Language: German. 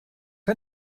ich